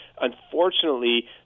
Unfortunately